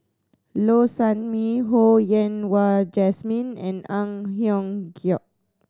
Low Sanmay Ho Yen Wah Jesmine and Ang Hiong Giok